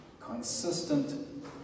consistent